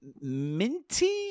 minty